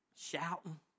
shouting